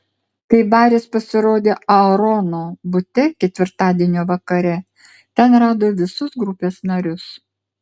kai baris pasirodė aarono bute ketvirtadienio vakare ten rado visus grupės narius